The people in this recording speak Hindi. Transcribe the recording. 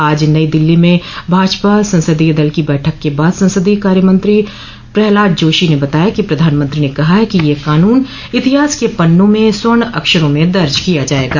आज नई दिल्ली में भाजपा संसदीय दल की बैठक के बाद संसदीय कार्यमंत्री प्रहलाद जोशी ने बताया कि प्रधानमंत्री ने कहा है कि यह कानून इतिहास के पन्नों में स्वर्ण अक्षरों में दर्ज किया जायेगा